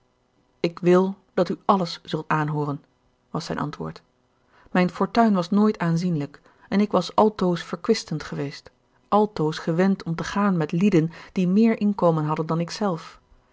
ik wil dat u alles zult aanhooren was zijn antwoord mijn fortuin was nooit aanzienlijk en ik was altoos verkwistend geweest altoos gewend om te gaan met lieden die meer inkomen hadden dan ikzelf